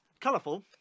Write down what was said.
Colourful